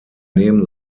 neben